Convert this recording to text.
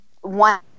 One